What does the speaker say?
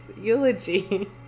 eulogy